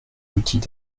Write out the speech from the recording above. outils